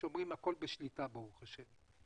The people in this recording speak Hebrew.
הכול בשליטה ברוך השם.